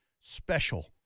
special